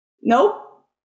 Nope